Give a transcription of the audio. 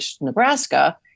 Nebraska